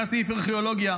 היה סעיף ארכיאולוגיה,